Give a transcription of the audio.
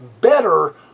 better